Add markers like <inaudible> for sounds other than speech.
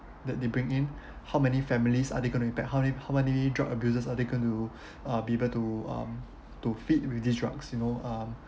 that they bring in <breath> how many families are they going to impact how many how many drug abusers are they gonna to uh people to um to feed with this drugs you know um